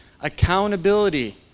Accountability